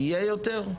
ויהיה יותר?